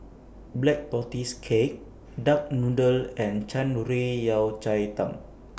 Black Tortoise Cake Duck Noodle and Shan Rui Yao Cai Tang